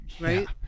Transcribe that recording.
Right